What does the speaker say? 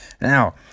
Now